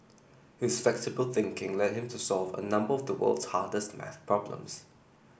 his flexible thinking led him to solve a number of the world's hardest math problems